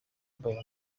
mobile